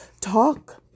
talk